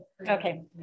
Okay